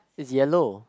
it's yellow